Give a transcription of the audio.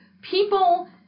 people